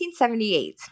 1978